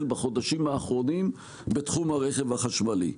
בחודשים האחרונים בתחום הרכב החשמלי: